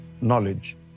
knowledge